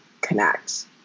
connect